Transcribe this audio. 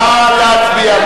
נא להצביע.